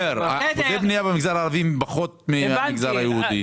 אחוזי הבנייה במגזר הערבי הם פחות מאשר במגזר היהודי.